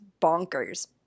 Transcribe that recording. bonkers